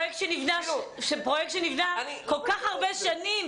זה פרויקט שנבנה במשך כל הרבה שנים.